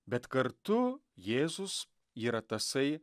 bet kartu jėzus yra tasai